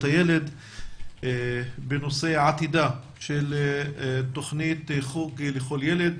הילד בנושא: עתידה של תוכנית חוג לכל ילד.